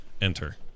Enter